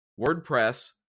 WordPress